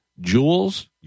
jewels